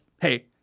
hey